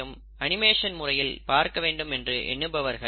sister chromatids வெவ்வேறு திசையில் நகர்வதினால் டாடர் நியூகிளியை உருவாகும்